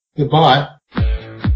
Goodbye